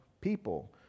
people